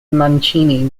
mancini